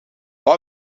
bug